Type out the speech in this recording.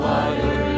Water